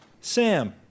Sam